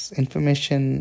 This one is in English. information